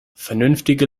vernünftige